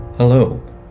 Hello